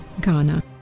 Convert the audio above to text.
Ghana